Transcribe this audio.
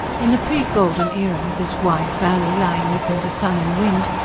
in the pre-golden era this wide valley, lying open to sun and wind,